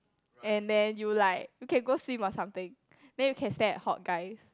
and then you like okay go swim or something then you can stare at hot guys